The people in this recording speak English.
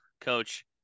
coach